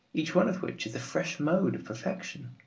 each one of which is a fresh mode of perfection.